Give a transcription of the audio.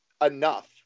enough